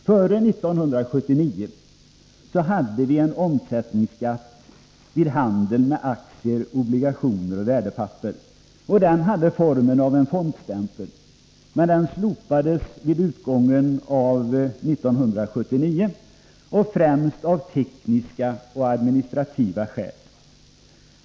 Före 1979 hade vi en omsättningsskatt vid handel med aktier, obligationer och värdepapper. Denna hade formen av en fondstämpel. Denna slopades vid utgången av 1979 främst av tekniska och administrativa skäl.